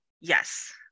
Yes